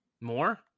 More